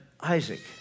Isaac